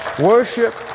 worship